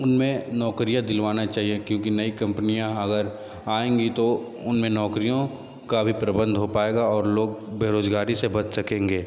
उनमें नौकरियाँ दिलवाना चाहिए क्योंकि नई कंपनियाँ अगर आएंगी तो उनमें नौकरियों का भी प्रबंध हो पाएगा और लोग बेरोजगारी से बच सकेंगे